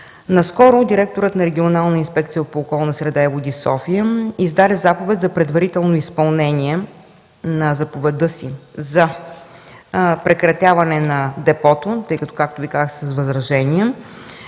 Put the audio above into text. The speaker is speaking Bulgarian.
Наскоро директорът на Регионална инспекция по околна среда и води – София издаде заповед за предварително изпълнение на заповедта си за прекратяване на депото, тъй като, както Ви казах, са с възражения.